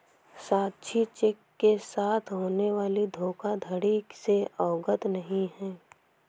साक्षी cheque के साथ होने वाली धोखाधड़ी से अवगत नहीं है